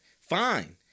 Fine